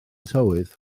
tywydd